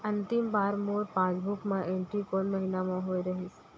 अंतिम बार मोर पासबुक मा एंट्री कोन महीना म होय रहिस?